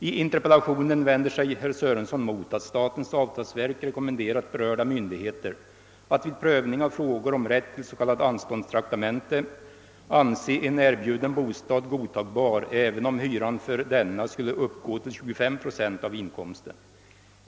I interpellationen vänder sig herr Sörenson mot att: statens avtalsverk rekomenderat berörda myndigheter att vid prövning av frågor om rätt till s.k. anståndstraktamente anse en erbjuden bostad godtagbar även om hyran för denna skulle uppgå till 25 procent av inkomsten.